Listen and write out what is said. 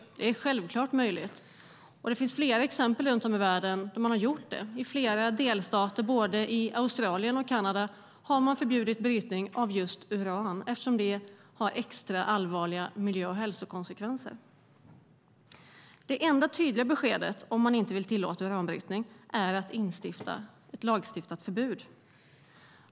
Det är självfallet möjligt. Det finns flera exempel runt om i världen där man har gjort det. I flera delstater i både Australien och Kanada har man förbjudit brytning av just uran eftersom det har extra allvarliga miljö och hälsokonsekvenser. Det enda tydliga beskedet om man inte vill tillåta uranbrytning är att instifta ett lagstiftat förbud.